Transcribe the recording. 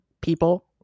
people